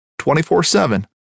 24-7